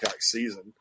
season